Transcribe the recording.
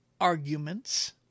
arguments